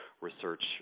research